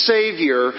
Savior